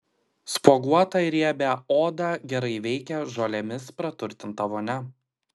spuoguotą ir riebią odą gerai veikia žolėmis praturtinta vonia